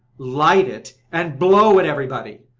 light it, and blow at everybody.